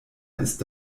ist